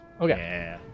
Okay